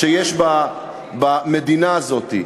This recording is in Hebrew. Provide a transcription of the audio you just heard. שיש במדינה הזאת.